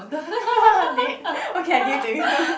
date okay I give it to you